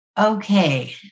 okay